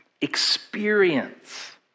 experience